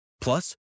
Plus